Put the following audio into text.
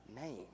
name